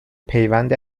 پیوند